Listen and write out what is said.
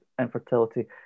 infertility